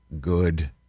good